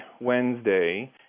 Wednesday